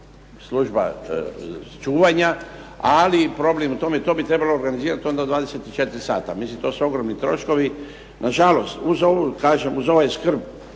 služba čuvanja. Ali problem je u tome, to bi trebalo organizirati onda 24 sata. Mislim to su ogromni troškovi. Nažalost, kažem uz ovu skrb